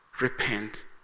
repent